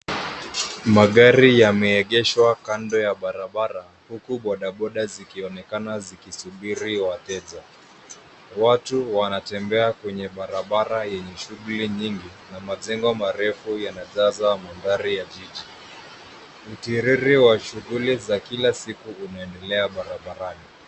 Magari yameegeshwa kando ya barabara huku bodaboda zikionekana zikisubiri wateja. Watu wanatembea kwenye barabara yenye shughuli nyingi na majengo marefu yanajaza mandhari ya jiji. Mtiriri wa shughuli za kila siku unaendelea barabarani.